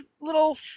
little